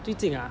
最近啊